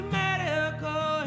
medical